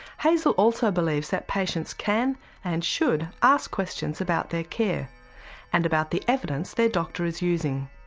hazel also believes that patients can and should ask questions about their care and about the evidence their doctor is using.